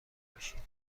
باشیم